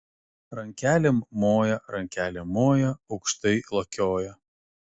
rankelėm moja rankelėm moja aukštai lakioja